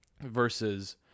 versus